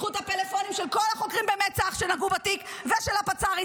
קחו את הפלאפונים של כל החוקרים במצ"ח שנגעו בתיק ושל הפצ"רית,